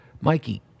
Mikey